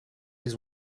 les